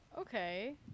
Okay